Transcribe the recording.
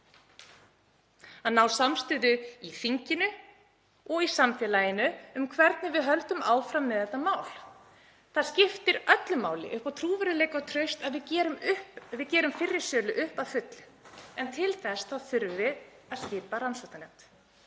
og ná samstöðu í þinginu og í samfélaginu um hvernig við höldum áfram með þetta mál. Það skiptir öllu máli upp á trúverðugleika og traust að við gerum fyrri sölu upp að fullu en til þess þurfum við að skipa rannsóknarnefnd.